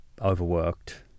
overworked